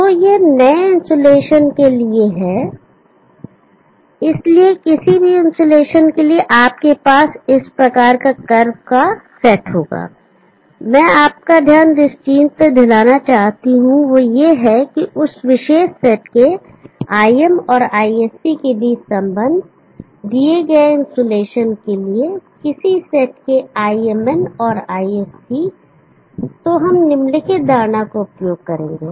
तो यह नए इन्सुलेशन के लिए है इसलिए किसी भी इन्सुलेशन के लिए आपके पास इस प्रकार का कर्व का सेट होगा मैं आपका जिस चीज पर ध्यान दिलाना चाहता हूं वह यह है कि उस विशेष सेट के Im और ISC के बीच संबंध दिए गए इन्सुलेशन के लिए किसी सेट के Imn और ISC तो हम निम्नलिखित धारणा का उपयोग करेंगे